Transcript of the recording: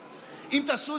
תראו,